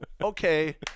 Okay